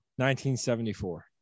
1974